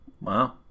wow